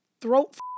throat